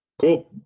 cool